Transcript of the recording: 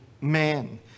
man